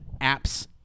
apps